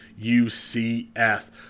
UCF